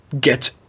get